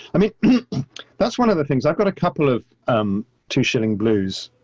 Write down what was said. i mean that's one of the things, i've got a couple of um two shilling blues.